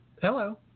Hello